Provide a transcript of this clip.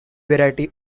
variety